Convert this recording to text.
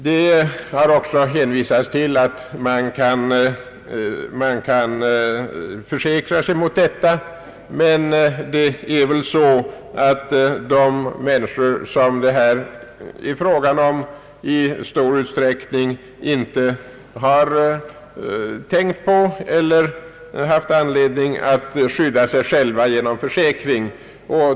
Det har också hänvisats till att man kan försäkra sig mot riskerna, men de människor det här är fråga om har i stor utsträckning inte tänkt på eller haft anledning att skydda sig själva genom försäkring.